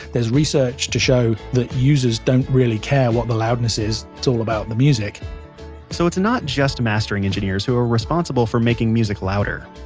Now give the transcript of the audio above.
there's research to show that users don't really care what the loudness is, it's all about the music so it's not just mastering engineers who are responsible for making music louder.